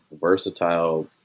versatile